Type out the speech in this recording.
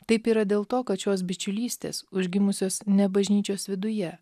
taip yra dėl to kad šios bičiulystės užgimusios ne bažnyčios viduje